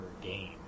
game